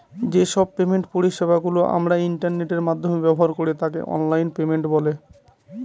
যে সব পেমেন্ট পরিষেবা গুলো আমরা ইন্টারনেটের মাধ্যমে ব্যবহার করি তাকে অনলাইন পেমেন্ট বলে